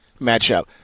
matchup